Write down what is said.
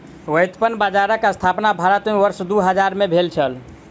व्युत्पन्न बजारक स्थापना भारत में वर्ष दू हजार में भेल छलै